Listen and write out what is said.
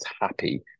happy